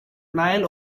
nile